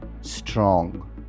strong